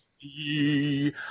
see